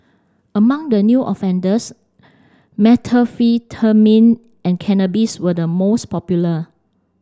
among the new offenders methamphetamine and cannabis were the most popular